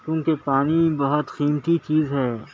کیونکہ پانی بہت قیمتی چیز ہے